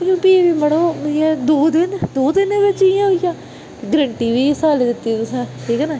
फ्ही बी मड़ो दो दिन बिच इयां होई गेआ ग्रंटी बी शैल दित्ती तुसें ठीक ऐ ना